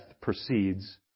precedes